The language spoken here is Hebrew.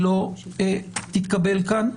לא תתקבל כאן.